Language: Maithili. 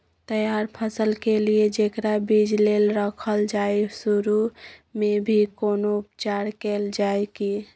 तैयार फसल के लिए जेकरा बीज लेल रखल जाय सुरू मे भी कोनो उपचार कैल जाय की?